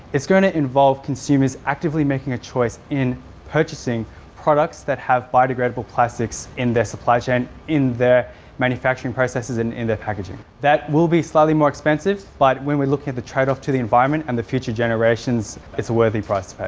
it's going to involve consumers actively making a choice in purchasing products that have biodegradable plastics in their supply chain, in their manufacturing processes and in their packaging. that will be slightly more expensive, but when we are looking at the trade-off to the environment and the future generations, it's a worthy price to pay.